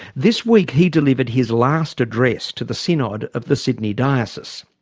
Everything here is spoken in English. this week he delivered his last address to the synod of the sydney diocese.